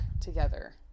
together